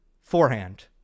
forehand